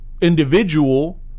individual